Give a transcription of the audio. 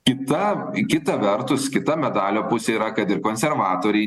kita kita vertus kita medalio pusė yra kad ir konservatoriai